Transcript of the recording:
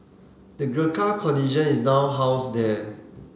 the Gurkha Contingent is now housed there